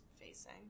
facing